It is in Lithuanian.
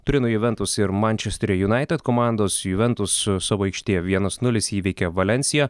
turino juventus ir mančesterio junaited komandos juventus savo aikštėje vienas nulis įveikė valensiją